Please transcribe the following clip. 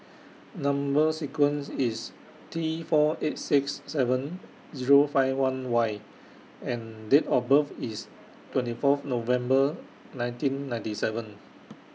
Number sequence IS T four eight six seven Zero five one Y and Date of birth IS twenty Fourth November nineteen ninety seven